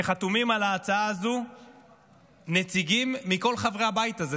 שחתומים על ההצעה הזאת נציגים מכל חברי הבית הזה.